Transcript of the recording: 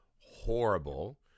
horrible